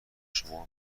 شما